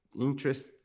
interest